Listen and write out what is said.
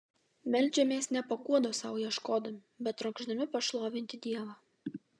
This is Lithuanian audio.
meldžiamės ne paguodos sau ieškodami bet trokšdami pašlovinti dievą